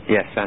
Yes